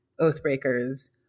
Oathbreakers